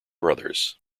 brothers